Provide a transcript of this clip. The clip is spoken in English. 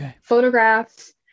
photographs